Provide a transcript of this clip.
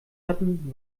hatten